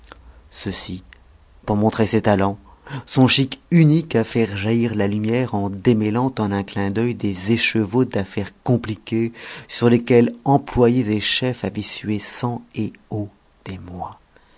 ceci pour montrer ses talents son chic unique à faire jaillir la lumière en démêlant en un clin d'œil des écheveaux d'affaires compliquées sur lesquelles employés et chefs avaient sué sang et eau des mois